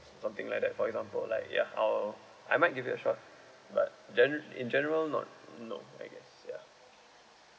something like that for example like ya I'll I might give it a shot but then in general not no I guess ya